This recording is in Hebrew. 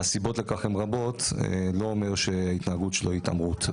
והסיבות לכך הן רבות לא אומר שההתנהגות שלו היא התעמרות.